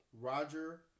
Roger